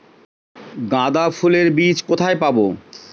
গাঁদা ফুলের বীজ কোথায় পাবো?